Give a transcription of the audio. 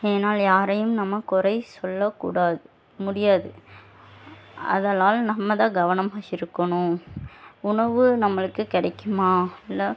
ஏன்னால் யாரையும் நம்ம குறை சொல்ல கூடாது முடியாது ஆதலால் நம்ம தான் கவனமாக இருக்கணும் உணவு நம்மளுக்கு கிடைக்குமா இல்லை